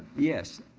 ah yes,